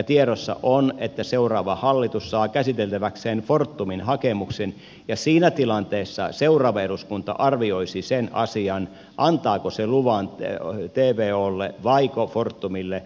tiedossa on että seuraava hallitus saa käsiteltäväkseen fortumin hakemuksen ja siinä tilanteessa seuraava eduskunta arvioisi sen asian antaako se luvan tvolle vaiko fortumille